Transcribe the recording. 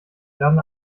werden